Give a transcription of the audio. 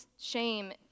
shame